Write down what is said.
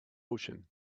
ocean